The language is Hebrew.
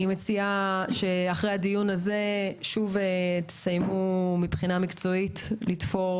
אני מציעה שאחרי הדיון הזה תסיימו מבחינה מקצועית לתפור